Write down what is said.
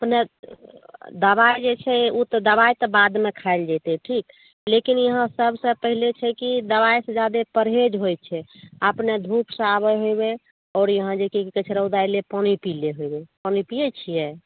अपने दबाइ जे छै ओ तऽ दबाइ बादमे खाएल जेतै ठीक लेकिन इहाँ सबसँ पहिले छै कि दबाइ से जादे परहेज होइ छै अपने धुप से आबै होबै आओर इहाँ जे की कहै छै रौदाएले पानि पी लै होएबै पानि पियै छियै